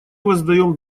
воздаем